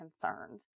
concerned